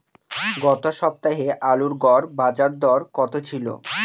গত সপ্তাহে আলুর গড় বাজারদর কত ছিল?